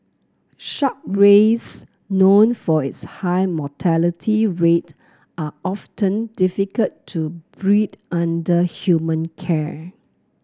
shark rays known for its high mortality rate are often difficult to breed under human care